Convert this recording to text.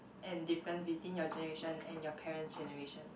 and difference between your generation and your parents generation